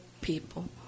people